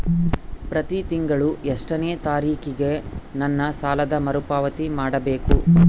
ಪ್ರತಿ ತಿಂಗಳು ಎಷ್ಟನೇ ತಾರೇಕಿಗೆ ನನ್ನ ಸಾಲದ ಮರುಪಾವತಿ ಮಾಡಬೇಕು?